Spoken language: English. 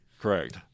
Correct